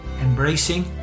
embracing